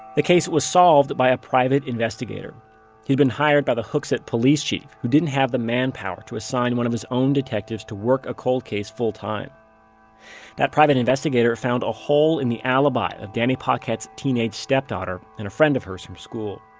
the case was solved by a private investigator. he had been hired by the hooksett police chief, who didn't have the manpower to assign one of his own detectives to work a cold case full time that private investigator found a hole in the alibi of danny paquette's teenage step-daughter and a friend of hers from school.